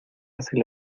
hacen